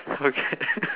okay